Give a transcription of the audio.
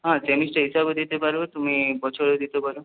হ্যাঁ সেমেস্টার হিসাবেও দিতে পারো তুমি বছরেও দিতে পারো